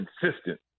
consistent